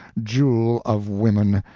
jewel of women,